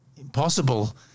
impossible